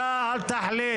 אתה אל תחליט.